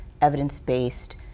evidence-based